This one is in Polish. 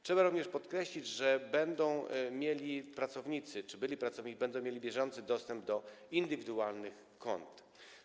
Trzeba również podkreślić, że pracownicy czy byli pracownicy będą mieli bieżący dostęp do indywidualnych kont.